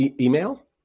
Email